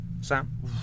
Sam